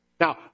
Now